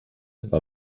war